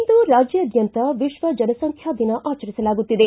ಇಂದು ರಾಜ್ಯಾದ್ಯಂತ ವಿಶ್ವ ಜನಸಂಖ್ಯಾ ದಿನ ಆಚರಿಸಲಾಗುತ್ತಿದೆ